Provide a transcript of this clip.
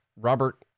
Robert